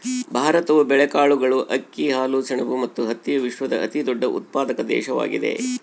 ಭಾರತವು ಬೇಳೆಕಾಳುಗಳು, ಅಕ್ಕಿ, ಹಾಲು, ಸೆಣಬು ಮತ್ತು ಹತ್ತಿಯ ವಿಶ್ವದ ಅತಿದೊಡ್ಡ ಉತ್ಪಾದಕ ದೇಶವಾಗಿದೆ